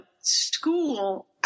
school